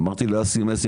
אמרתי לאסי מסי,